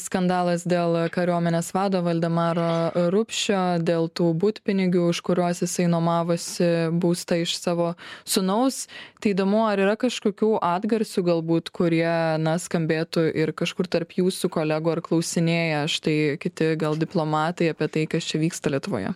skandalas dėl kariuomenės vado valdemaro rupšio dėl tų butpinigių už kuriuos jisai nuomavosi būstą iš savo sūnaus tai įdomu ar yra kažkokių atgarsių galbūt kurie na skambėtų ir kažkur tarp jūsų kolegų ar klausinėja štai kiti gal diplomatai apie tai kas čia vyksta lietuvoje